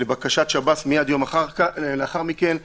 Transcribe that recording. פרופ' סדצקי, לשכת מנכ"ל וכולם,